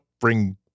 bring